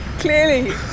Clearly